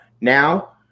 now